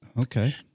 Okay